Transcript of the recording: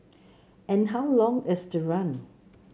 and how long is the run